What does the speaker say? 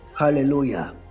hallelujah